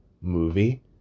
movie